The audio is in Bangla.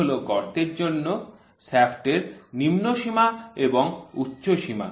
সুতরাং এই H টি হল গর্তের জন্য শ্যাফ্টের নিম্ন সীমা এবং উচ্চ সীমা